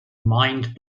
mind